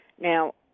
Now